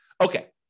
Okay